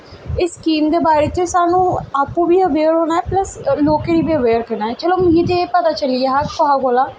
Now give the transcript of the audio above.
इस स्कीम दे बारे च सानू आपूं बी अवेयर होना ऐ प्लस लोकें गी बी अवेयर करना ऐ मिगी ते एह् पता चली आ हा सारें कोला